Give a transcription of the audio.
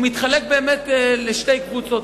והוא מתחלק לשתי קבוצות.